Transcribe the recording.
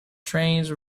trains